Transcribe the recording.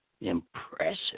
impressive